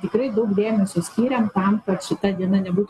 tikrai daug dėmesio skyrėm tam kad su ta diena nebūtų